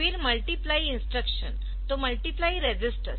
फिर multiply instruction तो multiply resistors